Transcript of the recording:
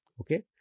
Okay